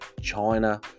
China